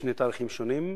בשני תאריכים שונים,